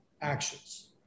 actions